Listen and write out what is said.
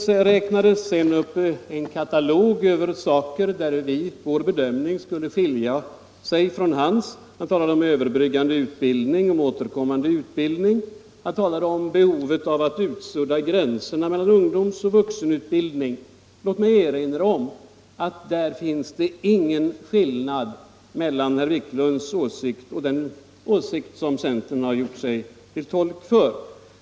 Sedan anförde herr Wiklund en katalog över företeelser där vår bedömning skulle skilja sig från hans. Han talade om överbryggande utbildning och återkommande utbildning, om behovet av att utsudda gränserna mellan ungdomsoch vuxenutbildning. Låt mig erinra om att det därvidlag inte finns någon skillnad mellan herr Wiklunds åsikt och den åsikt som centern har gjort sig till tolk för.